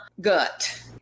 gut